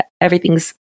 everything's